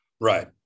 Right